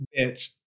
bitch